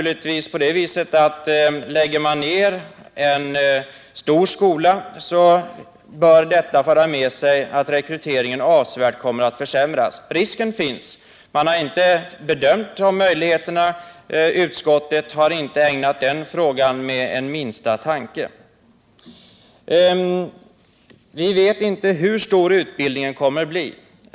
Lägger man ner en stor skola för detta naturligtvis med sig att rekryteringen kommer att försämras avsevärt. Den risken finns, men dea har man inte bedömt. Utskottet har inte ägnat den frågan minsta tanke. Vi vet inte hur stor utbildningen kommer att bli.